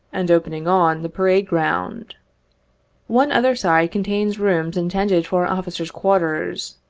and opening on the parade-ground. one other side contains rooms in tended for officers' quarters.